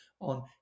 on